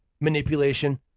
manipulation